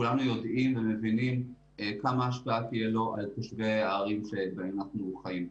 כולנו יודעים ומבינים כמה השפעה תהיה לו על תושבי הערים בהן אנחנו חיים.